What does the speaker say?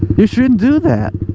you shouldn't do that